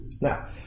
Now